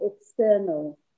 external